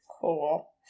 Cool